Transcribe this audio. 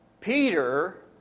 Peter